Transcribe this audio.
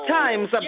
times